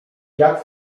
dziad